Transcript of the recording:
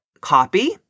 copy